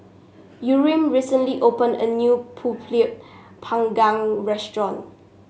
Yurem recently opened a new pulut Panggang restaurant